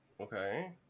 Okay